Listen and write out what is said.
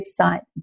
website